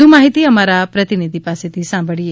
વધુ માહિતી અમારા પ્રતિનિધી પાસેથી સાંભળીએ